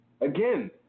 Again